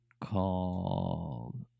called